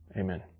Amen